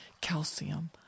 calcium